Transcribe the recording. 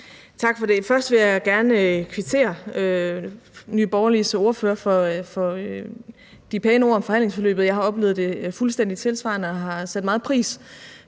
Tak for det. Først vil jeg gerne kvittere Nye Borgerliges ordfører for de pæne ord om forhandlingsforløbet. Jeg har oplevet det fuldstændig tilsvarende og har sat meget pris